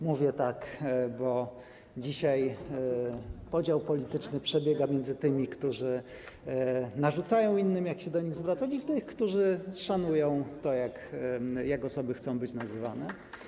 Mówię tak, bo dzisiaj podział polityczny przebiega pomiędzy tymi, którzy narzucają innym, jak się do nich zwracać, i tymi, którzy szanują to, jak osoby chcą być nazywane.